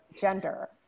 gender